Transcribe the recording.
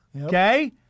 Okay